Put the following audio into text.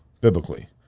biblically